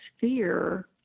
fear